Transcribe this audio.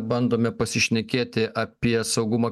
bandome pasišnekėti apie saugumą